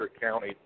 County